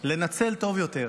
טוב יותר